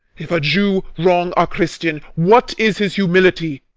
if a jew wrong a christian, what is his humility?